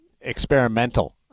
experimental